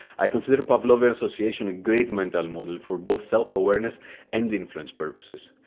i consider pavlovian association a great mental model for both self-awareness and influence purposes.